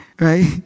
Right